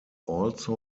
also